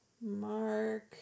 Mark